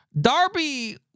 Darby